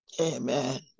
Amen